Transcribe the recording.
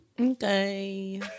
okay